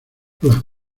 hola